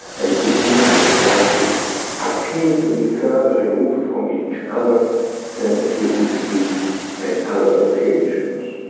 and these visible stars would appear to be further removed from each other than they would be at other occasions.